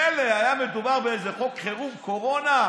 מילא היה מדובר באיזה חוק חירום קורונה.